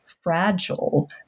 fragile